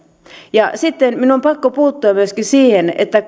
ja sitten minun on pakko puuttua myöskin siihen että